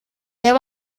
you